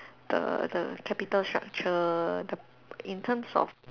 the the capital structure the in terms of